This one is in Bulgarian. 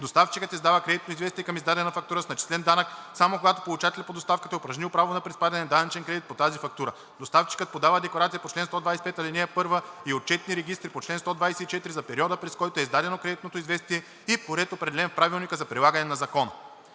доставчикът издава кредитно известие към издадена фактура с начислен данък, само когато получателят по доставката е упражнил право на приспадане на данъчен кредит по тази фактура. Доставчикът подава декларация по чл. 125, ал. 1 и отчетни регистри по чл. 124 за периода, през който е издадено кредитното известие, и по ред, определен в правилника за прилагане на закона.“